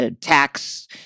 tax